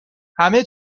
همه